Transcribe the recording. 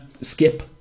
skip